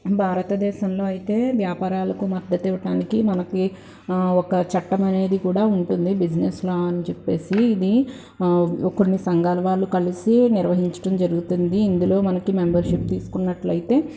భారతదేశంలో అయితే వ్యాపారాలకు మద్దతు ఇవ్వటానికి మనకు ఒక చట్టం అనేది కూడా ఉంటుంది బిజినెస్లా అని చెప్పేసి ఇది కొన్ని సంఘాలు వాళ్ళు కలిసి నిర్వహించటం జరుగుతుంది ఇందులో మనకి మెంబెర్ షిప్ తీసుకున్నట్లయితే